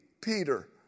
Peter